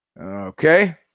Okay